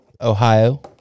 Ohio